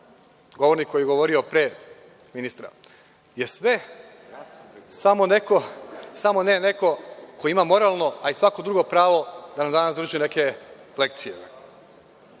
govornik koji je govorio pre ministra je sve samo ne neko ko ima moralno, a i svako drugo pravo da nam danas drži neke lekcije. Kada